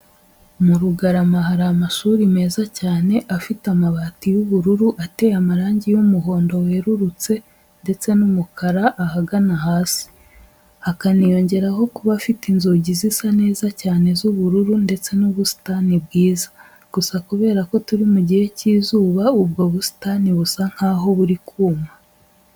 Muri Rugarama hari amashuri meza cyane afite amabati y'ubururu, ateye amarangi y'umuhondo werurutse ndetse n'umukara ahagana hasi, hakaniyongeraho kuba afite inzugi zisa neza cyane z'ubururu ndetse n'ubusitani bwiza. Gusa kubera ko turi mu gihe cy'izuba ubwo busitani busa nkaho buri kuma.